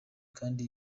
kandi